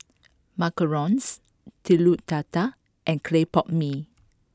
Macarons telur dadah and Claypot mee